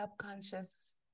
subconscious